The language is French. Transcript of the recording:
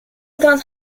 aucun